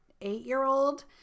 eight-year-old